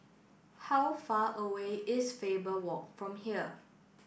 how far away is Faber Walk from here